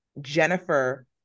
Jennifer